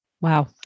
Wow